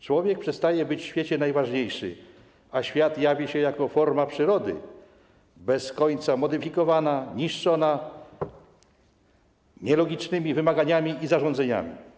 Człowiek przestaje być w świecie najważniejszy, a świat jawi się jako forma przyrody bez końca modyfikowana, niszczona nielogicznymi wymaganiami i zarządzeniami.